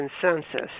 consensus